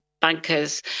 bankers